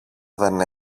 δεν